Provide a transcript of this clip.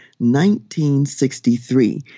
1963